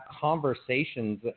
conversations